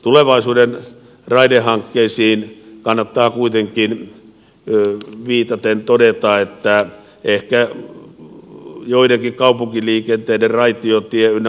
tulevaisuuden raidehankkeisiin viitaten kannattaa kuitenkin todeta että ehkä joidenkin kaupunkiliikenteiden raitiotie ynnä muuta